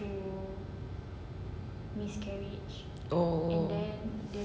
oh